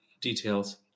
details